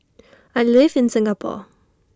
I live in Singapore